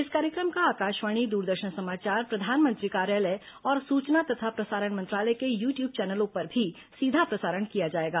इस कार्यक्रम का आकाशवाणी द्रदर्शन समाचार प्रधानमंत्री कार्यालय और सूचना तथा प्रसारण मंत्रालय के यू ट्यूब चैनलों पर भी सीधा प्रसारण किया जाएगा